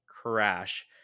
crash